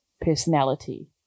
personality